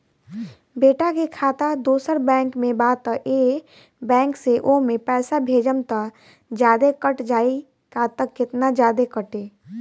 बेटा के खाता दोसर बैंक में बा त ए बैंक से ओमे पैसा भेजम त जादे कट जायी का त केतना जादे कटी?